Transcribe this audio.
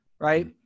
right